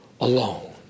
alone